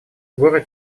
горы